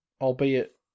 albeit